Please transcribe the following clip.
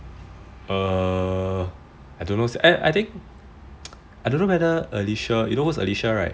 err I don't know I think I don't know whether alicia you know who is alicia right